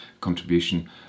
contribution